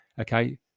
Okay